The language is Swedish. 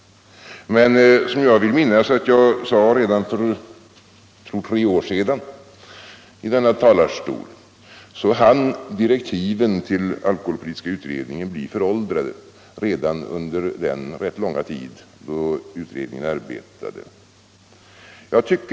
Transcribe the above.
Men direktiven till alkoholpolitiska utredningen hann, som jag vill minnas att jag sade för tre år sedan i denna talarstol, bli föråldrade redan under den rätt långa tid då utredningen arbetade.